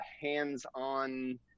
hands-on